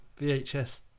VHS